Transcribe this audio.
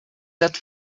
that